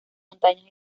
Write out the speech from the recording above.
montañas